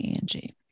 Angie